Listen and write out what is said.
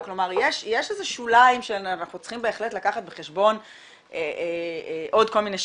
יש שוליים שאנחנו צריכים בהחלט לקחת בחשבון עוד כל מיני שיקולים,